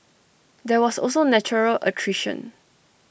there was also natural attrition